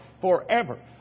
forever